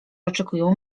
oczekują